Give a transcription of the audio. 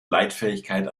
leitfähigkeit